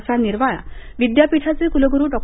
असा निर्वाळा विद्यापीठाचे कुलगुरू डॉ